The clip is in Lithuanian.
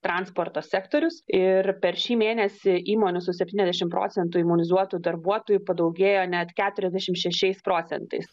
transporto sektorius ir per šį mėnesį įmonių su septyniasdešimt procentų imunizuotų darbuotojų padaugėjo net keturiasdešimt šešiais procentais